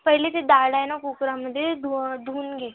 पहिले ते डाळ आहे नं कुकरामध्ये धू धुवून घे